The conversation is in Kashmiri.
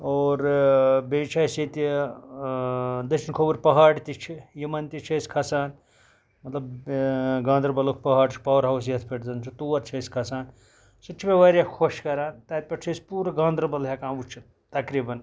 اور بیٚیہِ چھُ اَسہِ ییٚتہِ دٔچھِن کھووٕرۍ پَہاڑ تہِ چھِ یِمَن تہِ چھِ أسۍ کھَسان مَطلَب گاندَربَلُک پَہاڑ پاوَر ہاوُس یَتھ پیٹھۍ زَن چھُ تور چھِ أسۍ کھَسان سُہ تہِ چھُ مےٚ واریاہ خۄش کَران تَتہِ پٮ۪ٹھٕ چھِ أسۍ پوٗرٕ گاندَربَل ہیٚکان وٕچھِتھ تَقریٖبَن